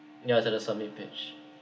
yeah just the summary pitch